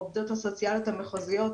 העובדות הסוציאליות המחוזיות,